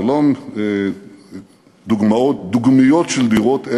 זה לא דוגמיות של דירות,